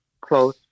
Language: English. close